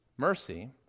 mercy